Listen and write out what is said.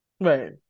Right